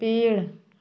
पेड़